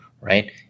Right